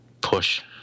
push